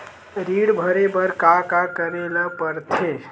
ऋण भरे बर का का करे ला परथे?